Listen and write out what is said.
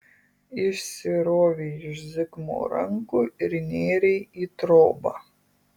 išsirovei iš zigmo rankų ir nėrei į trobą